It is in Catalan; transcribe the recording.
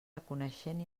reconeixent